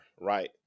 right